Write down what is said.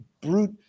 brute